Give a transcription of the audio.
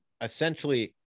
Essentially